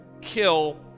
kill